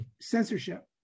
censorship